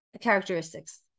characteristics